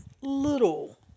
little